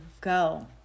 go